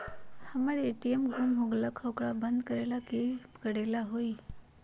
हमर ए.टी.एम गुम हो गेलक ह ओकरा बंद करेला कि कि करेला होई है?